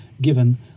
given